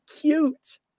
cute